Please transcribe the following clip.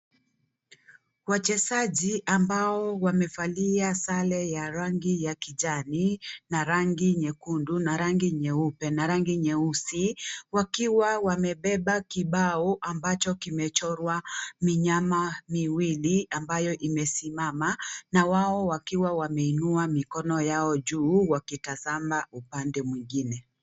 Wachezaji ambao wamevalia Sare za rangi ya kijani na rangi nyekundu na rangi nyeupe na rangi nyeusi wakiwa wamebeba kibao ambacho kimechorwa minyama miwili ambayo imesimama na wao wakiwa wameinua mikono yao juu wakitazama upande mwingine.